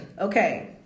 Okay